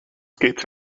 skates